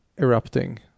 erupting